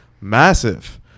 massive